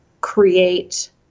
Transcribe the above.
create